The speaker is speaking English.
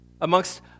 amongst